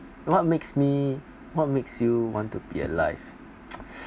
what makes me what makes you want to be alive